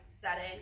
setting